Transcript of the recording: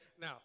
Now